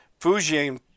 Fujian